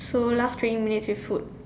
so last three minutes is food